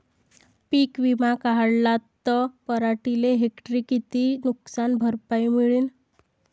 पीक विमा काढला त पराटीले हेक्टरी किती नुकसान भरपाई मिळीनं?